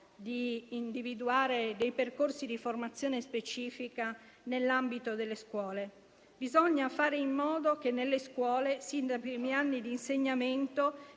di individuare dei percorsi di formazione specifica nell'ambito delle scuole. Bisogna fare in modo che nelle scuole, sin dai primi anni di insegnamento